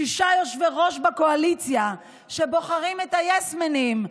שישה יושבי-ראש בקואליציה שבוחרים את היס-מנים,